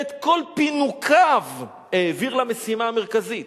את כל פינוקיו העביר למשימה המרכזית